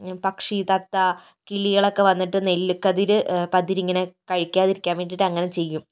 പക്ഷി തത്ത കിളികളൊക്കെ വന്നിട്ട് നെൽക്കതിര് പതിരിങ്ങനെ കഴിക്കാതിരിക്കാൻ വേണ്ടിയിട്ട് അങ്ങനെ ചെയ്യും